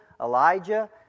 Elijah